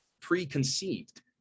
preconceived